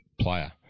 player